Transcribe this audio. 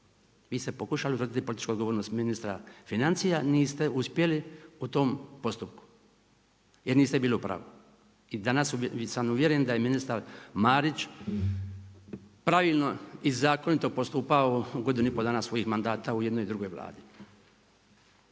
Vi ste pokušali utvrditi političku odgovornost ministra financija, niste uspjeli u tom postupku jer niste bili u pravu. I danas sam uvjeren da je ministar Marić pravilno i zakonito postupao godinu i pol dana svojih mandata u jednoj i drugoj vladi.